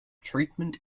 treatment